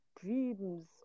dreams